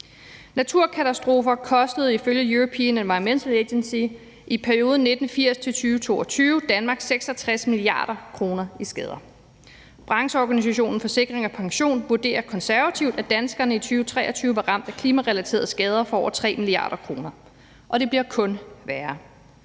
Naturkatastrofer kostede ifølge European Environmental Agency i perioden 1980-2022 Danmark 66 mia. kr. i skader. Brancheorganisationen Forsikring og Pension vurderer konservativt, at danskerne i 2023 blev ramt af klimarelaterede skader for over 3 mia. kr., og det bliver kun værre.